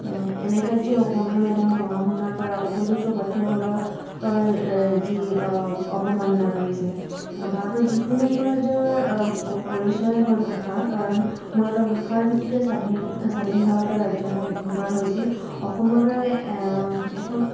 এ এনে কাৰ্য অসমীয়া মাধ্যমত পঢ়া শুনা কৰা উপযুক্ত পাঠ্যসকলৰ যি অৱমাননা কৰিছে ভাৰতত যিকোনো এখন ৰাজ্যৰ পৰিচয় হ'ল ভাষা কাৰণ মূলত ভাষাৰ ভিত্তিতে স্বাধীন স্বাধীন ভাৰতৰ ৰাজ্যসমূহ গঠন কৰা হৈছিল অসমৰ দৰে এখন